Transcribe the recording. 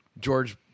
george